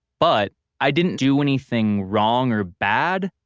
but i didn't do anything wrong or bad.